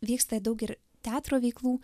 vyksta daug ir teatro veiklų